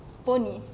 pony